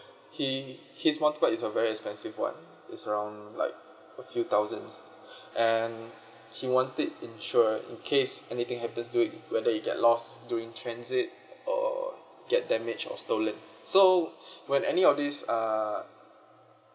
he his mountain bike is a very expensive one is around like a few thousands and he want it insure in case anything happens doing whether you get lost during transit or get damaged or stolen so when any of this err